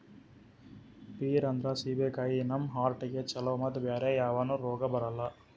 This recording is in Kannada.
ಪೀರ್ ಅಂದ್ರ ಸೀಬೆಕಾಯಿ ನಮ್ ಹಾರ್ಟಿಗ್ ಛಲೋ ಮತ್ತ್ ಬ್ಯಾರೆ ಯಾವನು ರೋಗ್ ಬರಲ್ಲ್